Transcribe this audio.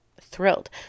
thrilled